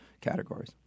categories